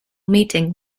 meeting